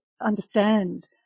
understand